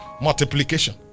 Multiplication